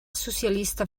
socialista